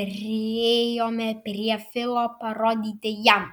priėjome prie filo parodyti jam